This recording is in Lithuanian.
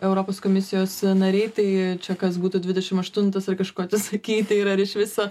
europos komisijos nariai tai čia kas būtų dvidešimt aštuntas ar kažko atsisakyti ir ar iš viso